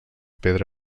pedra